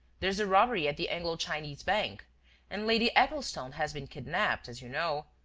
there's the robbery at the anglo-chinese bank and lady eccleston has been kidnapped, as you know.